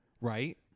Right